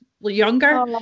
younger